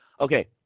Okay